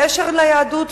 קשר ליהדות.